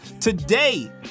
Today